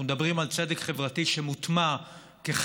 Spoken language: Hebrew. אנחנו מדברים על צדק חברתי שמוטמע כחלק